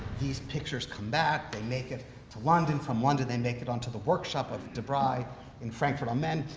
these pictures come back. they make it to london. from london, they make it onto the workshop of de bry in frankfurt-am-main,